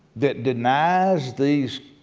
that denies these